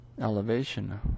elevation